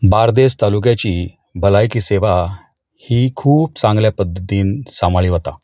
बार्देस तालुक्याची भलायकी सेवा ही खूब चांगल्या पद्दतीन सांबाळ्ळी वता